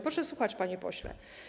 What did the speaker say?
Proszę słuchać, panie pośle.